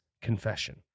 confession